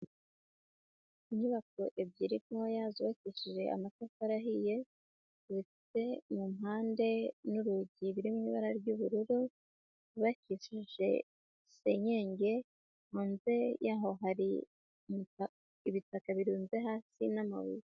Inyubako ebyiri ntoya zubakishije amatafari ahiye, bifite mu mpande n'urugi biri mu ibara ry'ubururu, hubakishije senyege, hanze yaho hari ibitaka birunze hasi n'amabuye.